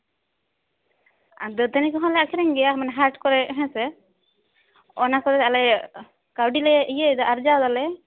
ᱟᱨ ᱫᱟᱹᱛᱟᱹᱱᱤ ᱠᱚᱦᱸᱞᱮ ᱟᱹᱠᱷᱨᱤᱧ ᱜᱮᱭᱟ ᱢᱟᱱᱮ ᱦᱟᱴ ᱠᱚᱨᱮ ᱦᱮᱸᱥᱮ ᱚᱱᱟ ᱠᱚᱜᱮ ᱟᱞᱮ ᱠᱟᱹᱣᱰᱤ ᱞᱮ ᱤᱭᱟᱹᱭ ᱫᱟᱞᱮ ᱟᱨᱡᱟᱣ ᱫᱟᱞᱮ